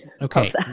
Okay